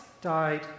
died